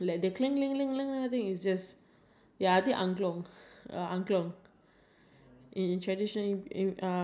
but then I think after badminton I did go for choir like where you have to sing or something I don't know I think I have this